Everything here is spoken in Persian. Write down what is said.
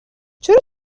چرا